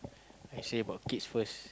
I say about kids first